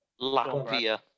Latvia